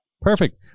Perfect